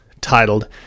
titled